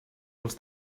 dels